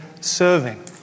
serving